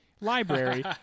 library